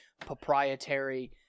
proprietary